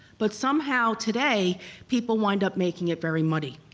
but somehow today people wind up making it very muddy.